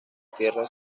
tierra